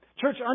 Church